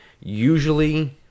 usually